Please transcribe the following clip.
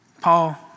Paul